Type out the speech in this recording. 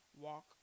Walk